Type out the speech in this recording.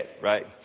right